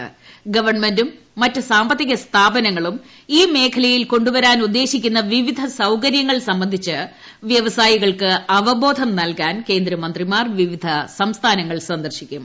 വ്യവസായങ്ങളെ ഗവൺമെന്റും സാമ്പത്തിക സ്ഥാപനങ്ങളും മറ്റ് മേഖലയിൽ കൊണ്ടുവരാൻ ഉദ്ദേശിക്കുന്ന വിവിധ ഈ സൌകര്യങ്ങൾ സംബന്ധിച്ച് വ്യവസായികൾക്ക് അവബോധം നൽകാൻ കേന്ദ്രമന്ത്രിമാർ വിവിധ സംസ്ഥാനങ്ങൾ സന്ദർശിക്കും